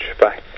Bye